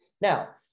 Now